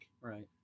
Right